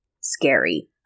scary